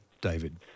David